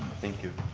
thank you.